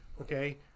Okay